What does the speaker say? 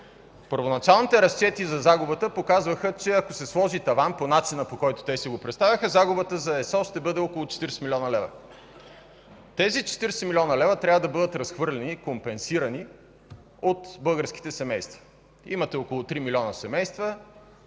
Първоначалните разчети за загубата показваха, че ако се сложи таван по начина, по който те си го представяха, загубата за ЕСО ще бъде около 40 млн. лв. Тези 40 млн. лв. трябва да бъдат разхвърляни и компенсирани от българските семейства. Имате около 3 милиона семейства